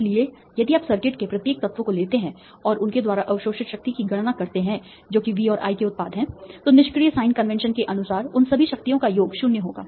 इसलिए यदि आप सर्किट के प्रत्येक तत्व को लेते हैं और उनके द्वारा अवशोषित शक्ति की गणना करते हैं जो कि V और I के उत्पाद हैं तो निष्क्रिय साइन कन्वेंशन के अनुसार उन सभी शक्तियों का योग 0 होगा